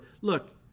Look